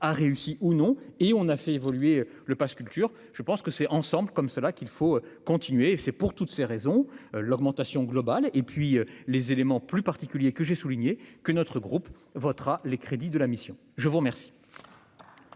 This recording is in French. réussi ou non, et on a fait évoluer le passe culture je pense que c'est ensemble comme cela qu'il faut continuer et c'est pour toutes ces raisons, l'augmentation globale et puis les éléments plus particulier que j'ai souligné que notre groupe votera les crédits de la mission, je vous remercie.